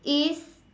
if